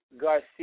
Garcia